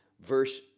verse